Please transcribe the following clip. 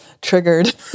triggered